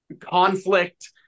conflict